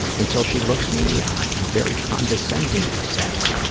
until she looks me in the eye and very condescendingly says,